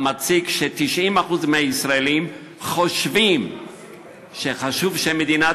המציג ש-90% מהישראלים חושבים שחשוב שמדינת